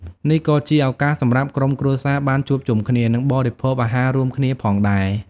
នេះក៏ជាឱកាសសម្រាប់ក្រុមគ្រួសារបានជួបជុំគ្នា និងបរិភោគអាហាររួមគ្នាផងដែរ។